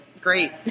great